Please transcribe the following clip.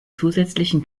zusätzlichen